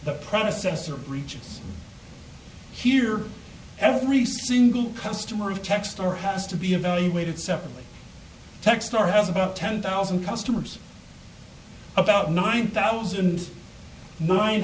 the promises are breaches here every single customer of text or has to be evaluated separately tech star has about ten thousand customers about nine thousand nine